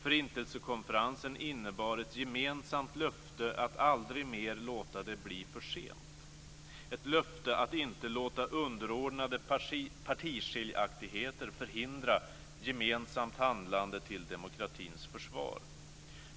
Förintelsekonferensen innebar ett gemensamt löfte att aldrig mer låta det bli för sent - ett löfte att inte låta underordnade partiskiljaktigheter förhindra gemensamt handlande till demokratins försvar.